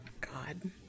God